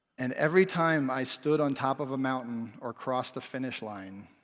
and every time i stood on top of a mountain or crossed a finish line,